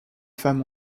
femme